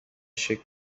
شکل